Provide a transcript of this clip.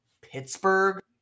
Pittsburgh